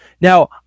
Now